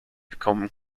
become